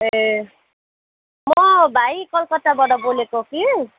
ए म भाइ कलकताबाट बोलेको कि